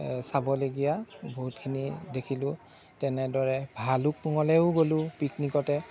চাবলগীয়া বহুতখিনি দেখিলোঁ তেনেদৰে ভালুকপুঙলৈয়ো গ'লোঁ পিকনিকতে